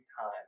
time